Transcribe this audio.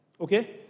Okay